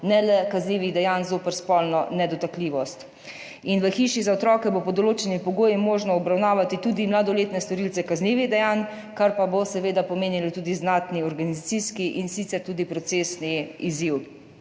ne le kaznivih dejanj zoper spolno nedotakljivost. V Hiši za otroke bo pod določenimi pogoji možno obravnavati tudi mladoletne storilce kaznivih dejanj, kar pa bo seveda pomenilo tudi znatni organizacijski in procesni izziv.